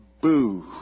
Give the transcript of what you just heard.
boo